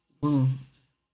wounds